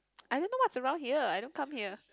I don't know what's around here I don't come here